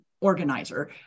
organizer